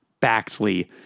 Baxley